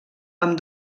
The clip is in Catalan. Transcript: amb